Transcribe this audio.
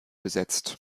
besetzt